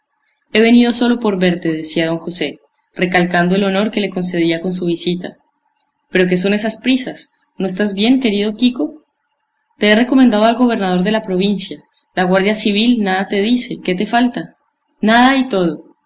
he venido sólo por verte decía don josé recalcando el honor que le concedía con su visita pero qué son esas prisas no estás bien querido quico te he recomendado al gobernador de la provincia la guardia civil nada te dice qué te falta nada y todo